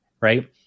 right